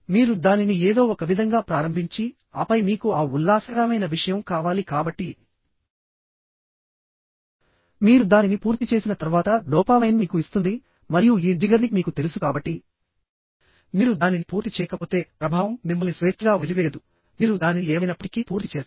మీరు దానిని ఏదో ఒకవిధంగా ప్రారంభించి ఆపై మీకు ఆ ఉల్లాసకరమైన విషయం కావాలి కాబట్టి మీరు దానిని పూర్తి చేసిన తర్వాత డోపామైన్ మీకు ఇస్తుంది మరియు ఈ జిగర్నిక్ మీకు తెలుసు కాబట్టి మీరు దానిని పూర్తి చేయకపోతే ప్రభావం మిమ్మల్ని స్వేచ్ఛగా వదిలివేయదు మీరు దానిని ఏమైనప్పటికీ పూర్తి చేస్తారు